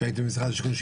כשהייתי במשרד השיכון,